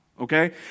Okay